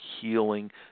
healing